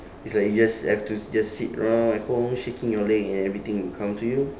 it's like you just have to just sit around at home shaking your leg and everything will come to you